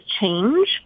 change